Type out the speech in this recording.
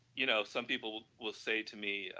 you know, some people will say to me